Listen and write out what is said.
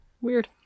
Weird